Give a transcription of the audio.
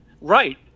Right